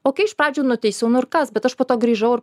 okei iš pradžių nuteisiau nu ir kas bet aš po to grįžau ir